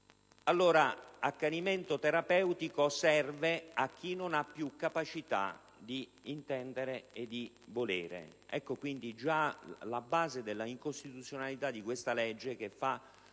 L'accanimento terapeutico serve allora a chi non ha più capacità d'intendere e di volere. Ecco quindi già la base dell'incostituzionalità di questa legge, che fa